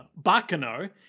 Bacano